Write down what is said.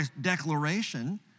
declaration